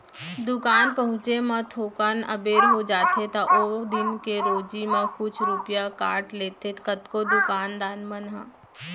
दुकान पहुँचे म थोकन अबेर हो जाथे त ओ दिन के रोजी म कुछ रूपिया काट लेथें कतको दुकान दान मन ह